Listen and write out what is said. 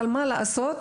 אבל אין מה לעשות,